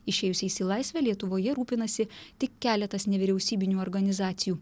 išėjusiais į laisvę lietuvoje rūpinasi tik keletas nevyriausybinių organizacijų